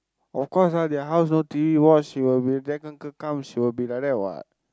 of course lah their house no T_V watch she will be come she will be like that what